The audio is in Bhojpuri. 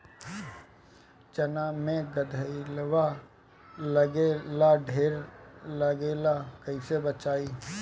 चना मै गधयीलवा लागे ला ढेर लागेला कईसे बचाई?